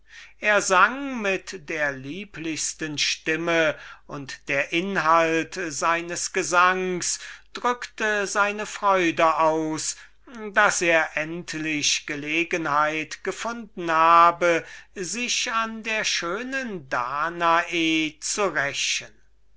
er sang mit lieblicher stimme und der inhalt seines gesangs drückte seine freude aus daß er endlich eine bequeme gelegenheit gefunden habe sich an der schönen danae zu rächen